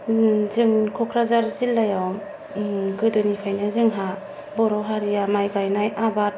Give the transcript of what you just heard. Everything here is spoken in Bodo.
जों क'क्राझार जिल्लायाव गोदोनिफ्रायनो जोंहा बर' हारिया माइ गायनाय आबाद